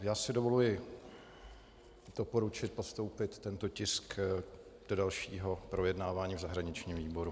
Já si dovoluji doporučit postoupení tohoto tisku do dalšího projednávání v zahraničním výboru.